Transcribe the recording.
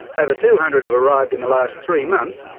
over two hundred have arrived in the last three months,